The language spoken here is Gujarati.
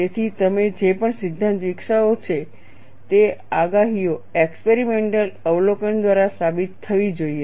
તેથી તમે જે પણ સિદ્ધાંત વિકસાવો છો તે આગાહીઓ એક્સપેરિમેન્ટલ અવલોકન દ્વારા સાબિત થવી જોઈએ